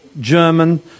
German